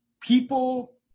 people